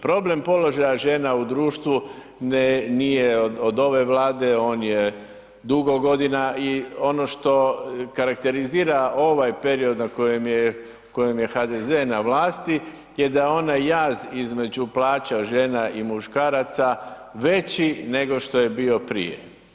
Problem položaja žena u društvu nije od ove Vlade, on je dugo godina i ono što karakterizira ovaj period na kojem je HDZ na vlasti je da je onaj jaz između plaća žena i muškaraca veći nego što je bio prije.